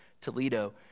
Toledo